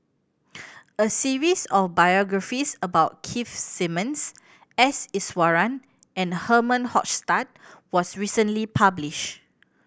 a series of biographies about Keith Simmons S Iswaran and Herman Hochstadt was recently publish